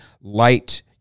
light